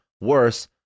worse